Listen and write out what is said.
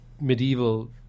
medieval